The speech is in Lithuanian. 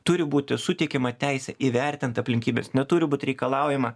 turi būti suteikiama teisė įvertint aplinkybes neturi būt reikalaujama